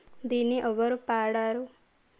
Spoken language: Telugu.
దీన్ని ఎవరు పాడారు